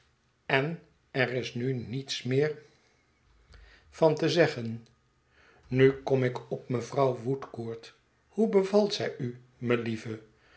en er is nu niets meer van te zeggen nu kom ik op mevrouw woodcourt hoe bevalt zij u melieve